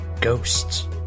ghosts